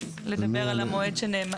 לדבר על המועד שנדחה.